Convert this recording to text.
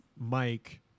Mike